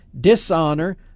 dishonor